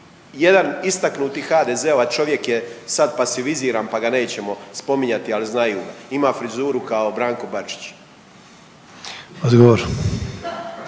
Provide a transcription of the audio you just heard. jedan istaknuti HDZ-ovac čovjek je sad pasiviziran pa ga nećemo spominjati, ali znaju ima frizuru kao Branko Bačić.